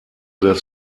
das